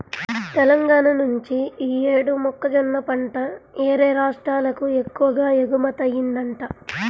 తెలంగాణా నుంచి యీ యేడు మొక్కజొన్న పంట యేరే రాష్ట్రాలకు ఎక్కువగా ఎగుమతయ్యిందంట